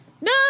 No